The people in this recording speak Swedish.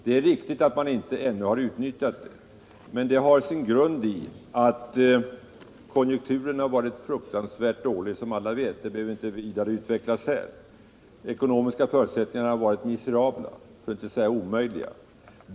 Det är riktigt att de ännu inte har utnyttjat det, men det beror på de fruktansvärt dåliga konjunkturerna, något som jag inte behöver utveckla här. De ekonomiska förutsättningarna har varit miserabla, för att inte säga omöjliga.